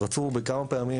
רצו כמה פעמים,